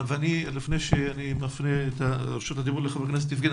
לפני שאני מפנה את רשות הדיבור לח"כ יבגני,